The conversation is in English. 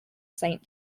saint